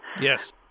Yes